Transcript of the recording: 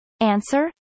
Answer